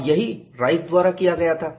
और यही राइस द्वारा किया गया था